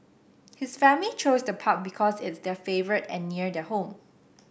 his family chose the park because it's their favourite and near their home